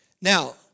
now